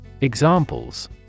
Examples